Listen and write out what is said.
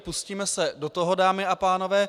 Pustíme se do toho, dámy a pánové.